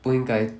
不应该